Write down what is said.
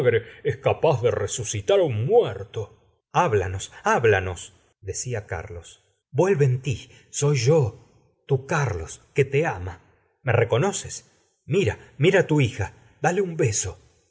es capaz de resucitar á un muerto háblanos háblanosl decia carlos vuelve la señora de hoy art en ti soy yo tu carlos que te ama me reconoces mira mira á tu hija dale un beso